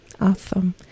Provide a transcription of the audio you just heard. Awesome